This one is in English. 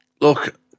Look